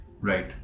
right